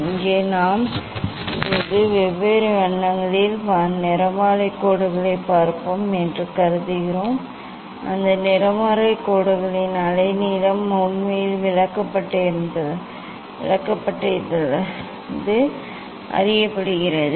இங்கே நாம் இப்போது வெவ்வேறு வண்ணங்களின் நிறமாலை கோடுகளைப் பார்ப்போம் என்று கருதுகிறோம் அந்த நிறமாலை கோடுகளின் அலை நீளம் உண்மையில் விளக்கப்படத்திலிருந்து அறியப்படுகிறது